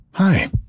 Hi